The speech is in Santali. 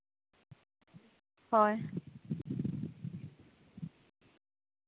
ᱦᱳᱭ